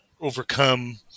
overcome